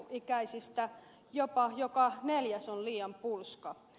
yläkouluikäisistä jopa joka neljäs on liian pulska